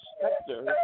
specter